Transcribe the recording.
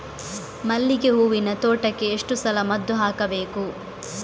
ಮಲ್ಲಿಗೆ ಹೂವಿನ ತೋಟಕ್ಕೆ ಎಷ್ಟು ಸಲ ಮದ್ದು ಹಾಕಬೇಕು?